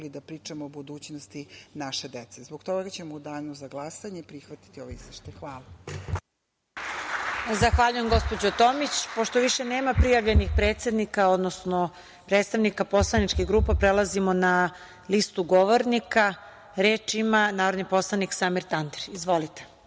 mogli da pričamo o budućnosti naše dece. Zbog toga ćemo u danu za glasanje prihvatiti ovaj izveštaj. Hvala. **Marija Jevđić** Zahvaljujem, gospođo Tomić. Pošto više nema prijavljenih predsednika, odnosno predstavnika poslaničkih grupa, prelazimo na listu govornika. Reč ima narodni poslanik Samir Tandir. Izvolite.